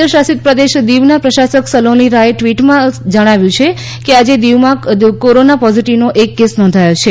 કેન્દ્રશાસિત પ્રદેશ દીવના પ્રશાસક સલોની રાયે ટ્વીટ સંદેશમાં જણાવ્યું છે કે આજે દીવમાં કોરોના પોઝીટીવનો એક કેસ નોંધાયો છે